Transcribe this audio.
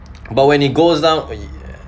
but when it goes down !aiya!